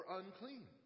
unclean